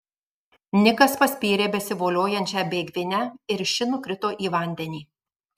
nikas paspyrė besivoliojančią bėgvinę ir ši nukrito į vandenį